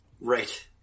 Right